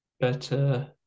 better